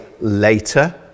later